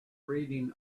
reading